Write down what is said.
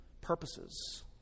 purposes